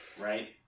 right